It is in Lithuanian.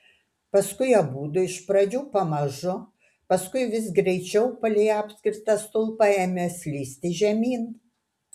paskui abudu iš pradžių pamažu paskui vis greičiau palei apskritą stulpą ėmė slysti žemyn